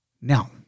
Now